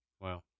Wow